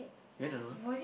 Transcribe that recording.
you ran alone